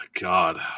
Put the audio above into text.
God